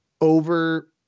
over